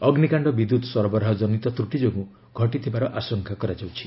ଅଗ୍ନିକାଣ୍ଡ ବିଦ୍ୟୁତ୍ ସରବରାହ ଜନିତ ତ୍ରଟି ଯୋଗୁଁ ଘଟିଥିବାର ଆଶଙ୍କା କରାଯାଉଛି